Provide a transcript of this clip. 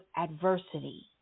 adversity